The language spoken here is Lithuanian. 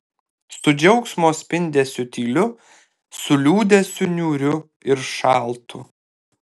su džiaugsmo spindesiu tyliu su liūdesiu niūriu ir šaltu